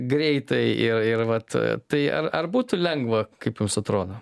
greitai ir ir vat tai ar ar būtų lengva kaip jums atrodo